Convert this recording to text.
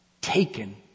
taken